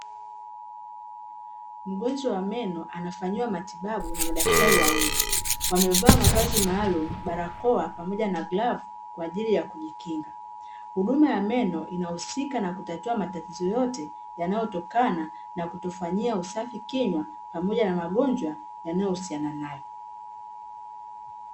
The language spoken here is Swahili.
Mgonjwa wa meno anafanyiwa matibabau na madaktari wawili wamevaa mavazi maalumu, barakoa pamoja na glavu kwa ajili ya kujikinga. Huduma ya meno inahusika na kutatua matataizo yote yanayotokana na kutofanyia usafi kinywa pamoja na magojwa yanayo husiana nayo.